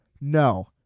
No